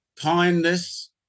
kindness